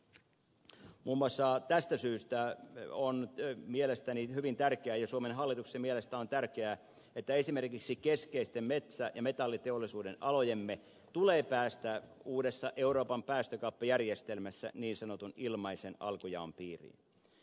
muun muassa tästä syystä on mielestäni hyvin tärkeää ja suomen hallituksen mielestä on tärkeää että esimerkiksi keskeisten metsä ja metalliteollisuuden alojemme tulee päästä uudessa euroopan päästökauppajärjestelmässä niin sanotun ilmaisen alkujaon piiriin